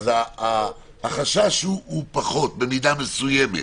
החשש הוא פחות במידה מסוימת.